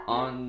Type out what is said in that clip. on